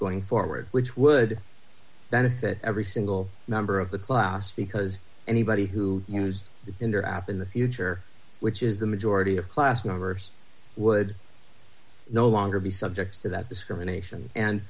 going forward which would benefit every single member of the class because anybody who used it in their app in the future which is the majority of class members would no longer be subject to that discrimination and